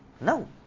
No